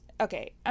Okay